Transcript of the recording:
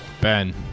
Ben